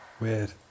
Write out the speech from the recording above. Weird